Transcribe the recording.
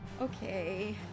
Okay